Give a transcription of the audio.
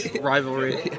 rivalry